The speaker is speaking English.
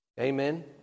Amen